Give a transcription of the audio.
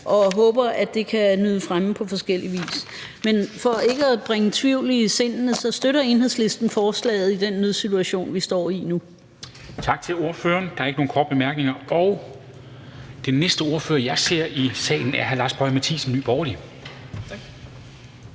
jeg håber, at de kan nyde fremme på forskellig vis. Men for ikke at bringe tvivl i sindene: Enhedslisten støtter forslaget i den nødsituation, vi står i nu. Kl. 11:00 Formanden (Henrik Dam Kristensen): Tak til ordføreren. Der er ikke nogen korte bemærkninger. Den næste ordfører, jeg ser i salen, er hr. Lars Boje Mathiesen, Nye Borgerlige.